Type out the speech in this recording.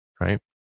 right